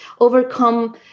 overcome